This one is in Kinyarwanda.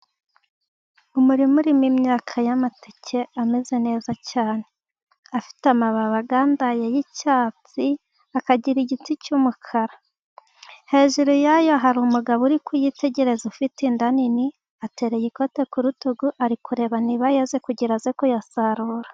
Umurima urimo imyaka y'amateke ameze neza cyane, afite amababi agandaye y'icyatsi, akagira igiti cy'umukara. Hejuru yayo hari umugabo uri kuyitegereza, ufite inda nini, atereye ikote ku rutugu, ari kureba niba yeze kugira aze kuyasarura.